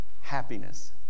happiness